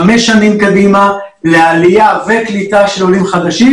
חמש שנים קדימה לעלייה וקליטה של עולים חדשים.